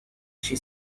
she